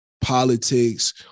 politics